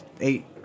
eight